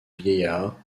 vieillard